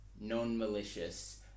non-malicious